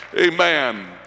Amen